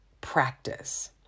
practice